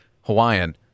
hawaiian